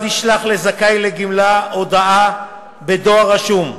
ישלח לזכאי לגמלה הודעה בדואר רשום,